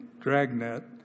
dragnet